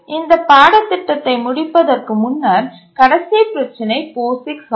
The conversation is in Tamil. இந்த பாடத்திட்டத்தை முடிப்பதற்கு முன்னர் கடைசி பிரச்சினை POSIX ஆகும்